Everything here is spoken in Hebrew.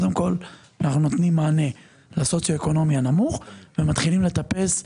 אנחנו קודם כל נותנים מענה לסוציו אקונומי נמוך ומתחילים לטפס למעלה,